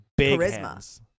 Charisma